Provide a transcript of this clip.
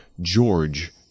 George